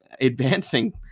advancing